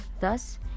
Thus